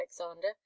alexander